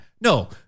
no